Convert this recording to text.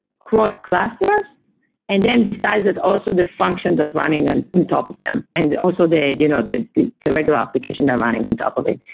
cross clusters and then besides it also the function that's running and on top of them and also the you know the regular application they're running on top of it.